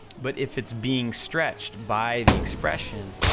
but if it's being stretched by the expression,